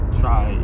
try